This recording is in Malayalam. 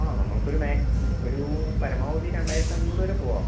ആ നമ്മൾക്കൊരു മാക്സിമം ഒരൂ പരമാവധി രണ്ടായ്യിരത്തഞ്ഞൂറ് വരെ പോവാം